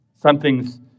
something's